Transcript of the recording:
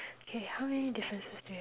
okay how many differences do you have